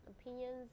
opinions